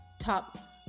top